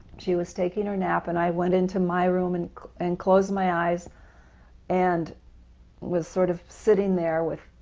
she was taking her nap and i went into my room and and closed my eyes and was sort of sitting there with,